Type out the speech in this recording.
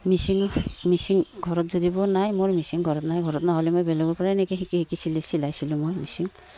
machine machine ঘৰত যদিবোৰ নাই মোৰ মেচিন ঘৰত নাই ঘৰত নহ'লে মই বেগৰপৰাই নেকি শিকি শিকি চিলাইছিলোঁ মই মিচিং